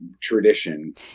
tradition